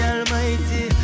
Almighty